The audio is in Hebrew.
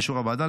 באישור הוועדה,